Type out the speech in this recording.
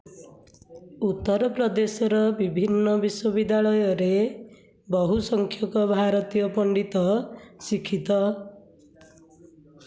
ଉତ୍ତରପ୍ରଦେଶର ବିଭିନ୍ନ ବିଶ୍ୱବିଦ୍ୟାଳୟରେ ବହୁ ସଂଖ୍ୟକ ଭାରତୀୟ ପଣ୍ଡିତ ଶିକ୍ଷିତ